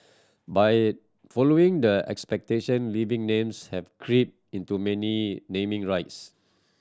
but it following the exception living names have crept into many naming rights